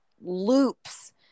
loops